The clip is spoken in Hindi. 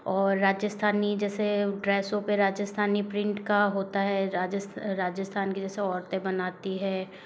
और राजस्थानी जैसे ड्रेसों पर राजस्थानी प्रिंट का होता है राजस्थान की जैसे औरतें बनाती है